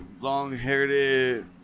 long-haired